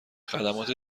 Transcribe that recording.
خدمات